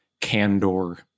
candor